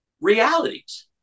realities